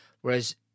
Whereas